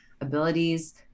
abilities